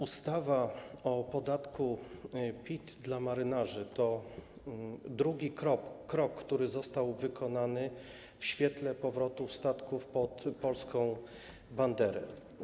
Ustawa o podatku PIT dla marynarzy to drugi krok, który został wykonany w zakresie powrotów statków pod polską banderę.